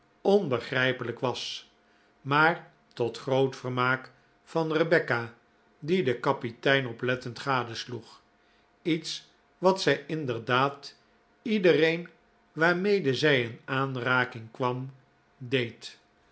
onbegrijpelijk was maar tot groot vermaak van rebecca die den kapitein oplettend gadesloeg iets wat zij inderdaad iedereen waarmede zij in aanraking kwam deed